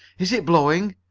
is it blowing?